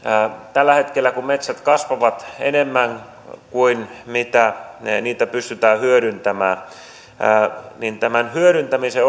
tällä hetkellä kun metsät kasvavat enemmän kuin mitä niitä pystytään hyödyntämään puun hyödyntäminen